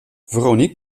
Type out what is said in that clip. veronique